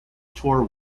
tour